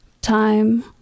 Time